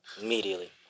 Immediately